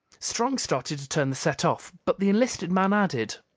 strong started to turn the set off, but the enlisted man added,